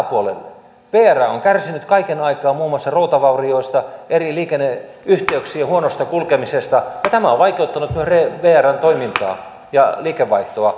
vr on kärsinyt kaiken aikaa muun muassa routavaurioista eri liikenneyhteyksien huonosta kulkemisesta ja tämä on vaikeuttanut vrn toimintaa ja liikevaihtoa